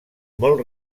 molt